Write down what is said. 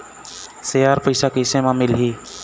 Share पैसा कैसे म मिलही?